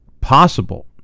possible